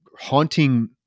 haunting